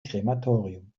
krematorium